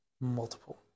Multiple